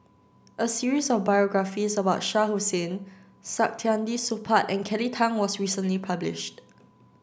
a series of biographies about Shah Hussain Saktiandi Supaat and Kelly Tang was recently published